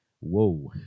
whoa